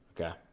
Okay